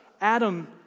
Adam